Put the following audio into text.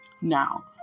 Now